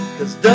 Cause